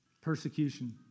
persecution